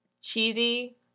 cheesy